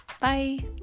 bye